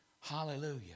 Hallelujah